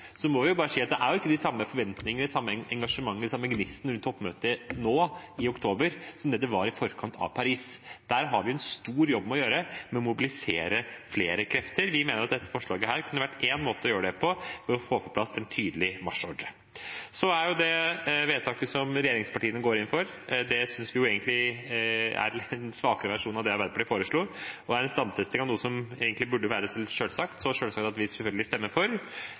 må vi bare si at det er ikke de samme forventningene, det samme engasjementet, den samme gnisten rundt toppmøtet nå i oktober som det var i forkant av Paris. Der har vi en stor jobb å gjøre med å mobilisere flere krefter. Vi mener dette forslaget kunne vært én måte å gjøre det på, ved å få på plass en tydelig marsjordre. Det vedtaket regjeringspartiene går inn for, synes vi egentlig er en svakere versjon av det Arbeiderpartiet foreslo, og er en stadfesting av noe som egentlig burde være selvsagt – så selvsagt at vi selvfølgelig stemmer for.